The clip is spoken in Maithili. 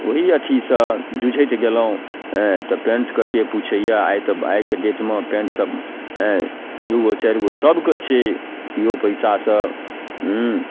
ओहि अथीसँ जुझैत गेलहुँ हेँ तऽ पैन्टके के पुछैए आइके डेटमे पैन्ट तऽ हेँ दुइगो चारिगो सभके छै केओ पइसासँ हुँ